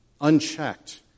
unchecked